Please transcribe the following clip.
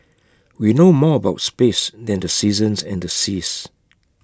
we know more about space than the seasons and the seas